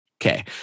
Okay